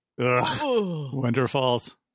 Wonderfalls